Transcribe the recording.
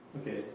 Okay